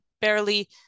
barely